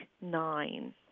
nine